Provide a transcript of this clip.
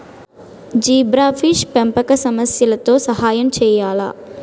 Zebrafish పెంపకం సమస్యలతో సహాయం చేయాలా?